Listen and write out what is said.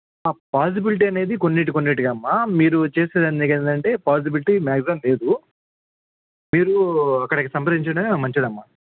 possibility అనేది కొన్నింటి కొన్నింటికి అమ్మా మీరు చేసేదాని దగ్గర ఏంటంటే పాజిబిలిటీ మ్యాగ్జిమమ్ లేదు మీరు అక్కడికి సంప్రదించిన మంచిది అమ్మ